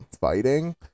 fighting